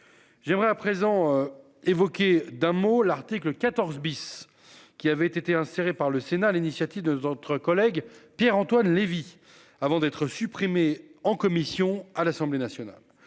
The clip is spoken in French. J'aimerais à présent évoquer d'un mot, l'article 14 bis qui avait été insérés, par le Sénat, l'initiative 2 autres collègues Pierre-Antoine Levi avant d'être supprimée en commission à l'Assemblée nationale.